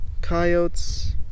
coyotes